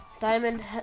Diamond